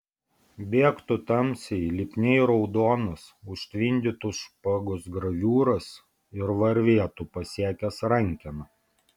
bėgtų tamsiai lipniai raudonas užtvindytų špagos graviūras ir varvėtų pasiekęs rankeną